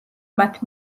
მათ